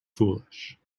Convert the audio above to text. foolish